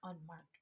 unmarked